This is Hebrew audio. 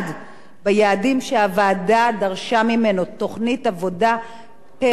ביעדים שהוועדה דרשה ממנו: תוכנית עבודה פר חודש,